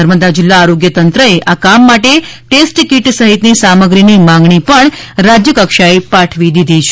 નર્મદા જિલ્લા આરોગ્ય તંત્ર એ આ કામ માટે ટેસ્ટ કીટ સહિતની સામગ્રીની માંગણી પણ રાજ્યકક્ષા એ પાઠવી દીધી છે